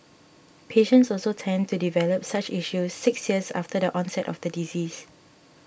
patients also tend to develop such issues six years after the onset of the disease